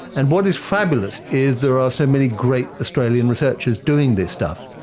and what is fabulous is there are so many great australian researchers doing this stuff.